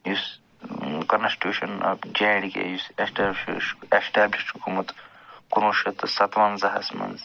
یُس constitution of J and K یُس establish چھُ گوٚمُت کُنوُہ شتھ تہٕ ستونٛزاہس منٛز